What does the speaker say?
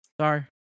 Sorry